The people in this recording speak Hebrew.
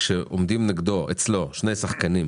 כשעומדים אצלו שני שחקנים,